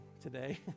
today